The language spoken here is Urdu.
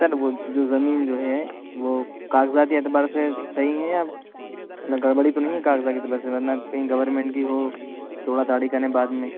سر وہ جو زمیں جو ہے وہ کاغذاتی اعتبار سے صحیح ہے یا مطلب گڑبڑی تو نہیں کاغذات اعتبار سے ورنہ کہیں گورنمینٹ کی ہو توڑا تاڑی کریں بعد میں